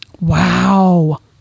Wow